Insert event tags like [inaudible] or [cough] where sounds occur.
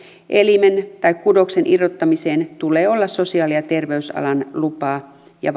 elimen tai kudoksen irrottamiseen tulee olla sosiaali ja terveysalan lupa ja [unintelligible]